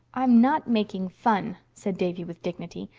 i'm not making fun, said davy with dignity.